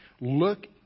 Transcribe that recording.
look